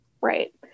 Right